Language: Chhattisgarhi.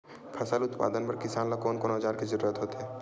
फसल उत्पादन बर किसान ला कोन कोन औजार के जरूरत होथे?